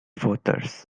voters